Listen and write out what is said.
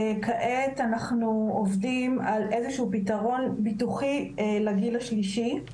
כעת אנחנו עובדים על איזשהו פתרון ביטוחי לגיל השלישי,